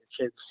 kids